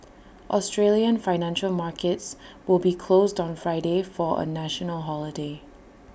Australian financial markets will be closed on Friday for A national holiday